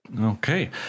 Okay